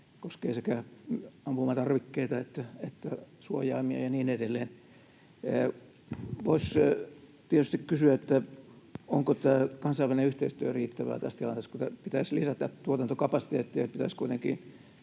koskee sekä ampumatarvikkeita että suojaimia ja niin edelleen. Voisi tietysti kysyä, onko tämä kansainvälinen yhteistyö riittävää tässä tilanteessa, kun pitäisi lisätä tuotantokapasiteettia ja pitäisi kuitenkin